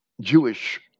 Jewish